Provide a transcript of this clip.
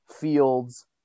Fields